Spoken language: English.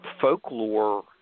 folklore